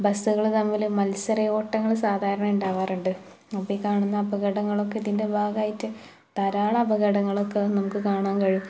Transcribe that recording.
ബസ്സുകള് തമ്മില് മത്സര ഓട്ടങ്ങള് സാധാരണ ഉണ്ടാകാറുണ്ട് അപ്പോൾ ഈ കാണുന്ന അപകടങ്ങളൊക്കെ ഇതിൻ്റെ ഭാഗമായിട്ട് ധാരാളം അപകടങ്ങളൊക്കെ നമുക്ക് കാണാൻ കഴിയും